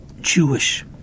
Jewish